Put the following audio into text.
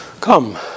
come